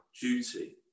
duty